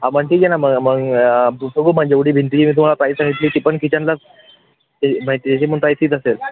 हां मग ठीक आहे ना मग मग बघू मग जेवढी भिंती तुम्हाला पाहिजे ती पण ती पण किचनलाच मग त्याची पण साईज तीच असेल